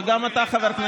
וגם אתה,